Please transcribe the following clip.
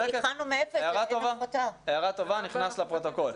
התחלנו מאפס --- הערה טובה, נכנס לפרוטוקול.